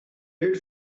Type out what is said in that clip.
did